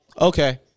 okay